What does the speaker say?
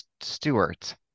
Stewart